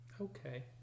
Okay